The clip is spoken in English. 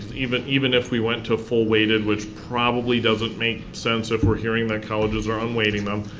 even even if we went to full unweighted, which probably doesn't make sense if we're hearing that colleges are unweighting them,